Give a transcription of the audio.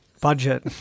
budget